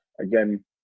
Again